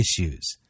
issues